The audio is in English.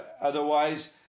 Otherwise